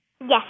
Yes